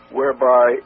whereby